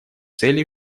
цели